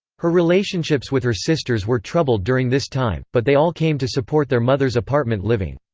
her relationships with her sisters were troubled during this time, but they all came to support their mother's apartment-living.